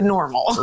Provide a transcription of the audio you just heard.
Normal